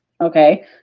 okay